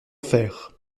faire